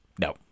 no